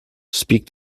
speak